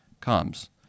comes